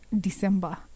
December